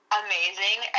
amazing